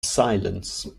silence